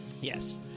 Yes